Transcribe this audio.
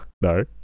No